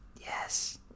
Yes